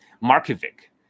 Markovic